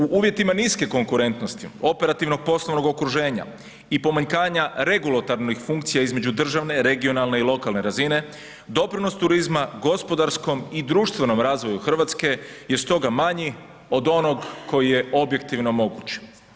U uvjetima niske konkurentnosti operativnog poslovnog okruženja i pomanjkanja regulativnih funkcija između državne, regionalne i lokalne razine doprinos turizma gospodarskom i društvenom razvoju RH je stoga manji od onog koji je objektivno moguć.